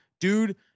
dude